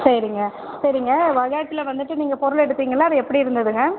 சரிங்க சரிங்க பஜாஜில் வந்துவிட்டு நீங்கள் பொருள் எடுத்தீங்களே அது எப்படி இருந்ததுங்க